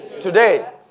Today